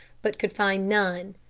but could find none.